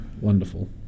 Wonderful